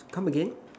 come again